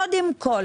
קודם כל,